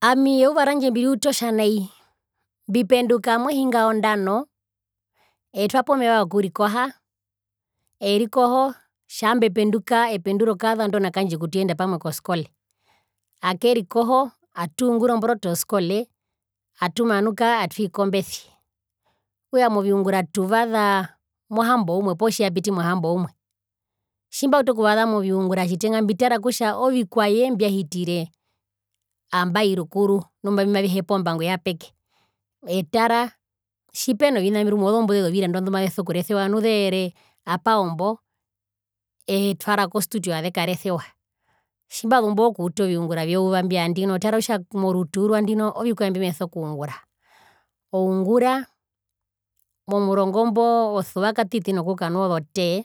Ami euva randje mbiriuta otja nai mbipenduka mohinga yondano etwapo meva wokurikoha erikoho tjambo ependuka ependura okazandona kandje kutuyenda pamwe koskole akerikoho atungura omboroto yoskole atumanuka atwii kombesi okutja moviungura tuvaza mo hamboumwe potjiyapiti mohamboumwe tjimbautu okuvaza poviungura mbitara kutja ovikwaye mbyahitire ambai rukuru nu mbimavihepa ombango yapeke etara tjipena ovina rumwe ozombuze zovirandwa ndumazeso kuresewa nu zeere apaombo etwara kostudio azekaresewa tjimbazumbo ookuta oviungura vyeyuva imbi vyandino etara kutja morutuu rwandino ovikwae mbimeso kungura oungura momurongo mbo osuva katiti nokukanwa ozo tee